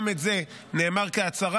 גם זה נאמר כהצהרה,